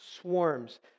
swarms